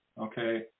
okay